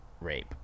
rape